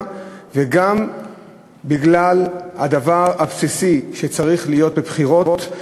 וגם בגלל הדבר הבסיסי שצריך להיות בבחירות,